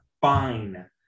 fine